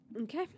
Okay